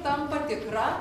tampa tikra